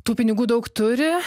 tų pinigų daug turi